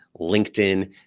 LinkedIn